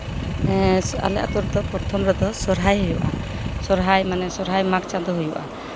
ᱟᱞᱮ ᱟᱹᱛᱩ ᱨᱮᱫᱚ ᱯᱨᱚᱛᱷᱚᱢ ᱨᱮᱫᱚ ᱥᱚᱦᱚᱨᱟᱭ ᱦᱩᱭᱩᱜᱼᱟ ᱥᱚᱦᱚᱨᱟᱭ ᱢᱟᱱᱮ ᱥᱚᱦᱚᱨᱟᱭ ᱢᱟᱜᱽ ᱪᱟᱸᱫᱳ ᱦᱩᱭᱩᱜᱼᱟ